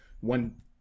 One